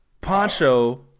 Poncho